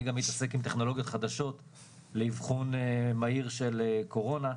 אני גם מתעסק עם טכנולוגיות חדשות לאבחון מהיר של קורונה.